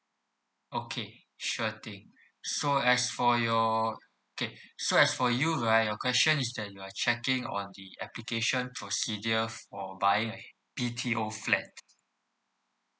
okay sure thing so as for your okay so as for you right your question is that you are checking on the application procedure for buying a B_T_O flat